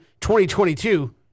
2022